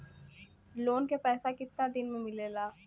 Loan के पैसा कितना दिन मे मिलेला?